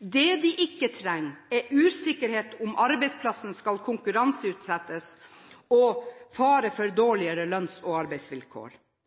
Det de ikke trenger, er usikkerhet om arbeidsplassen skal konkurranseutsettes, eller fare for dårligere lønns- og arbeidsvilkår.